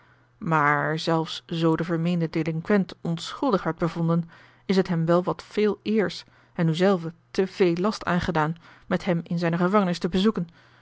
maar zelfs zoo de vermeende delinquent onschuldig werd bevonden is het hem wel wat veel eers en u zelven te veel last aangedaan met hem in zijne gevangenis te bezoeken